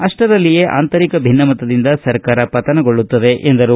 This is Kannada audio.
ಅಷ್ಷರಲ್ಲಿಯೇ ಆಂತರಿಕ ಭಿನ್ನಮತದಿಂದ ಸರ್ಕಾರ ಪತನಗೊಳ್ಳುತ್ತದೆ ಎಂದರು